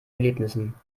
erlebnissen